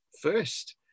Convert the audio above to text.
first